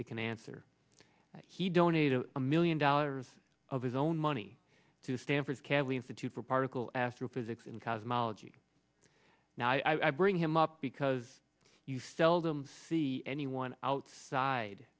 it can answer he donated a million dollars of his own money to stanford kavli institute for particle astrophysics and cosmology now i bring him up because you seldom see anyone outside